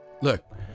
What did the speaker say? look